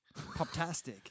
Poptastic